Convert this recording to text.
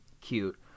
cute